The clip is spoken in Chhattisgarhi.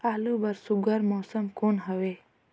आलू बर सुघ्घर मौसम कौन हवे?